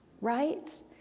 right